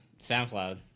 SoundCloud